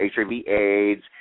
HIV/AIDS